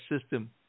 system